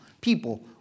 people